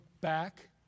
back